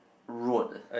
road ah